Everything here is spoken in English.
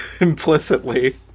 implicitly